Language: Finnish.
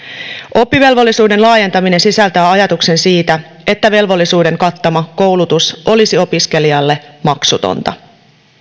oppivelvollisuuden laajentaminen sisältää ajatuksen siitä että velvollisuuden kattama koulutus olisi opiskelijalle maksutonta